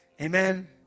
Amen